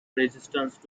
resistance